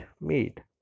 made